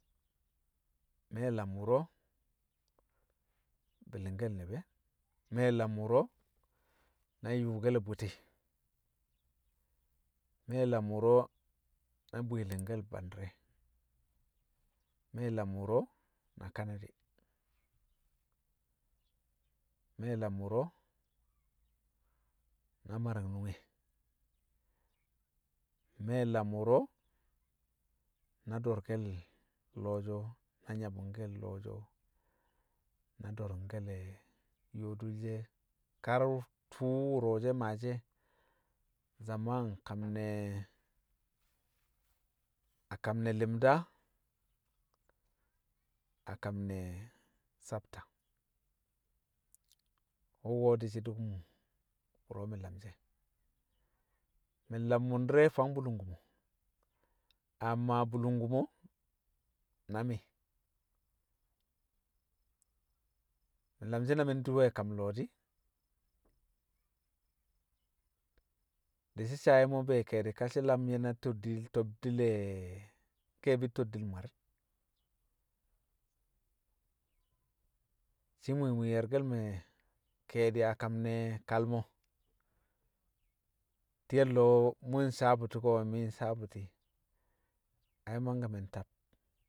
Me̱ lam wṵro̱ bi̱li̱ngke̱l ni̱bi̱ e̱, me̱ lam wṵro̱ na yṵṵke̱l bṵti̱, me̱ lam wṵro na bwi̱i̱li̱ngke̱l bandi̱re̱, me̱ lam wṵro̱ na kanadi̱, mẹ lam wṵro̱ na mari̱ng nunge, me̱ lam wṵro̱ na do̱rke̱l lo̱o̱ sho̱ na nyabu̱ngke̱l lo̱o̱ sho, na do̱rṵngke̱l yoodu le̱ she̱ kar tṵṵ wṵro̱ she̱ maashi e̱ zama a nkam ne̱, a kam ne̱ limda, a kam ne tsabta. Wṵko̱ di̱shi̱ dṵkṵm wṵro̱ mi̱ lamshi̱ e̱. Mi̱ nlam wṵndi̱re̱ fang bulungkumo, amma bulungkumo na mi̱, mi̱ nlamshi̱ na mi̱ ndi̱we̱ kam lo̱o̱ di̱ shi̱ saa yi̱mo̱ be̱e̱ ke̱e̱di̱, ka shi̱ lam ye̱ na toddi, toddi le nke̱e̱bi̱ toddil mwari̱ng, shi̱ mwi̱i̱ mwi̱i̱ ye̱rke̱l me̱ ke̱e̱di̱ a kamne kalmo̱, ti̱ye̱l lo̱o̱ mṵ sawe̱ bṵti̱ ko̱, mi̱ nsawe bṵti̱, ai mangke̱ mi̱ ntab